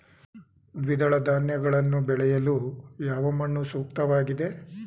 ದ್ವಿದಳ ಧಾನ್ಯಗಳನ್ನು ಬೆಳೆಯಲು ಯಾವ ಮಣ್ಣು ಸೂಕ್ತವಾಗಿದೆ?